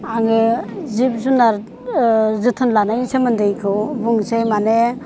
आंङो जिब जुनाद जोथोन लानायनि सोमोन्दै बुंसै माने